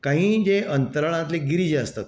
कांयी वेळ अंतराळातले गिरे जे आसतात